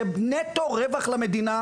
זה נטו רווח למדינה,